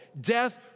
death